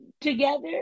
together